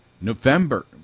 November